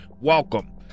Welcome